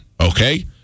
Okay